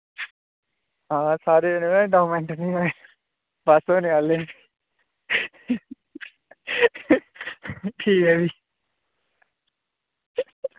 हां सारे जनें बस होने आह्ले ठीक ऐ फ्ही